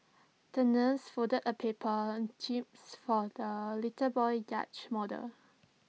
the nurse folded A paper jibs for the little boy's yacht model